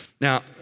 Now